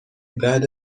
بعد